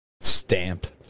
Stamped